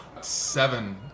seven